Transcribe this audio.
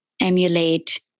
emulate